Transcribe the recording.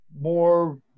more